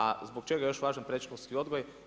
A zbog čega je još važan predškolski odgoj?